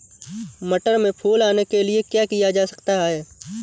मटर में फूल आने के लिए क्या किया जा सकता है?